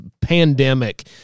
pandemic